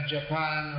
Japan